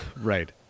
Right